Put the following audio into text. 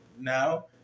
now